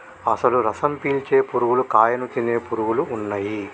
అసలు రసం పీల్చే పురుగులు కాయను తినే పురుగులు ఉన్నయ్యి